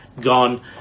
gone